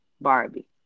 Barbie